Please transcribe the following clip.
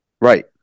Right